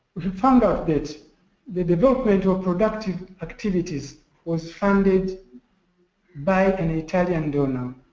found out that the development of productive activities was funded by an italian donor,